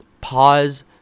pause